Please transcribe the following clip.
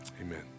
amen